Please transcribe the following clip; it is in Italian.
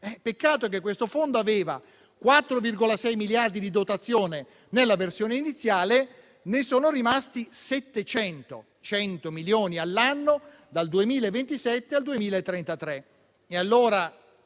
Peccato che questo Fondo avesse 4,6 miliardi di dotazione nella versione iniziale e ne siano rimasti 700, ovvero 100 milioni all'anno dal 2027 al 2033.